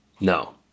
no